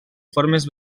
formes